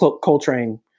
Coltrane